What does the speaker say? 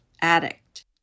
addict